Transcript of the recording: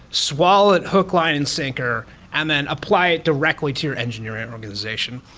swallow hook line and sinker and then apply it directly to your engineering organization.